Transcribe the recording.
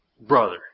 brother